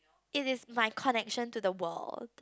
it is my connection to the world